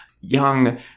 young